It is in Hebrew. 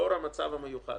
בשל המצב המיוחד.